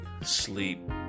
sleep